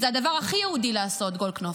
זה הדבר הכי יהודי לעשות, גולדקנופ.